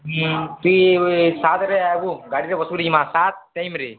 ହୁଁ ତୁଇ ସାତରେ ଆଇବୁ ଗାଡ଼ିରେ ବସୁରି ଯିମା ସାତ ଟାଇମ୍ରେ